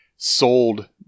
sold